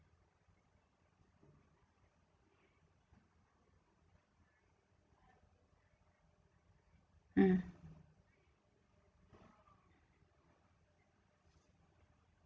mm